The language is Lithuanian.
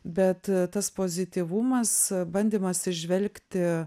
bet tas pozityvumas bandymas įžvelgti